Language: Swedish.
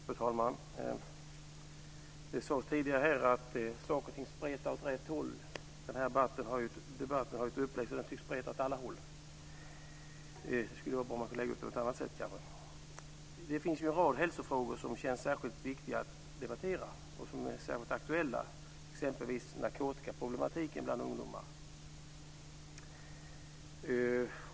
Fru talman! Det sades tidigare att saker och ting spretar åt rätt håll. Denna debatt har ett sådant upplägg att den spretar åt alla håll. Det skulle vara bra om man kunde lägga upp den på ett annat sätt. Det finns en rad hälsofrågor som känns särskilt viktiga att debattera och som är särskilt aktuella, exempelvis narkotikaproblematiken bland ungdomar.